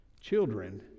children